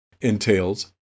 entails